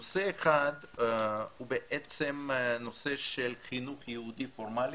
נושא אחד הוא הנושא של חינוך יהודי פורמלי